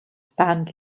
band